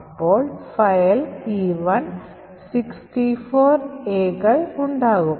അപ്പോൾ file E1 64 A കൾ ഉണ്ടാകും